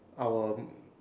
our